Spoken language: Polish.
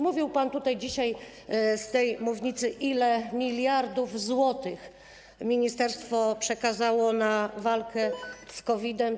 Mówił pan dzisiaj z tej mównicy, ile miliardów złotych ministerstwo przekazało na walkę z COVID-em.